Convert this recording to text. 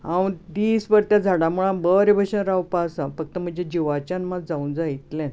हांव दिस भर त्या झाडां मुळांत बरें बशेन रावपा आसा फक्त म्हज्या जिवाच्यान मात जावूंक जाय इतलेंच